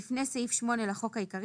9.הוספת סעיף 7ו לפני סעיף 8 לחוק העיקרי